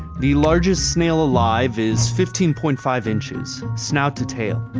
the largest snail alive is fifteen point five inches, snout to tail.